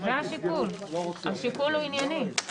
אבל יש מסעדות היום שיכולות לנסות אולי לדחוס מאות